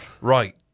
Right